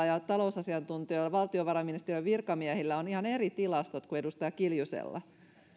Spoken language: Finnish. ja talousasiantuntijoilla ja valtiovarainministeriön virkamiehillä on ihan eri tilastot kuin edustaja kiljusella